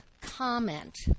comment